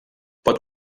pot